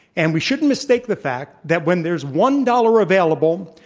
and we shouldn't mistake the fact that when there's one dollar available,